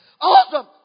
awesome